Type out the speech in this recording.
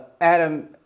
Adam